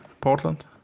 portland